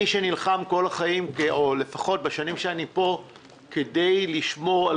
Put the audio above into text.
אני שנלחם בשנים שאני פה כדי לשמור על